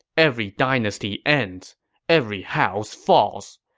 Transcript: every dynasty ends every house falls.